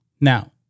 Now